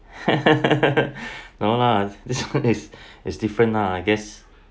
no lah this is is different lah I guess